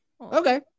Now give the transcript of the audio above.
Okay